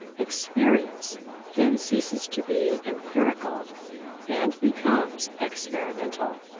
experience then ceases to be empirical and becomes experimental.